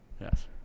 Yes